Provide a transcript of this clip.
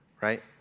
Right